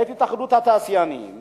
את התאחדות התעשיינים,